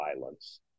Violence